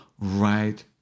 right